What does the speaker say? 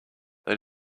they